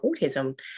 autism